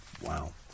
Wow